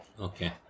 Okay